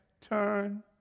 turn